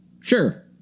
sure